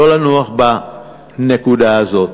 לא לנוח בנקודה הזאת.